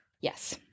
Yes